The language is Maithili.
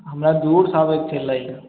हमरा दूरसँ आबय कऽ छै लै लऽ